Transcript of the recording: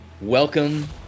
welcome